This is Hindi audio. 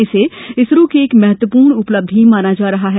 इसे इसरो की एक महत्वपूर्ण उपलब्धि माना जा रहा है